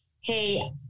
Hey